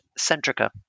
Centrica